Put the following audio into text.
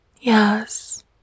yes